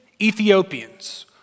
Ethiopians